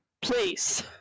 Please